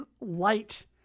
light